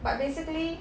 but basically